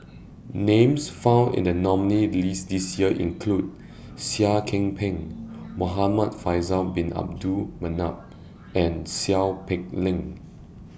Names found in The nominees' list This Year include Seah Kian Peng Muhamad Faisal Bin Abdul Manap and Seow Peck Leng